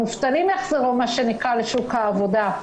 המובטלים יחזרו לשוק העבודה.